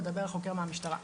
מדבר החוקר מהמשטרה.